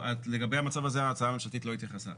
לגבי המצב הזה ההצעה הממשלתית לא התייחסה.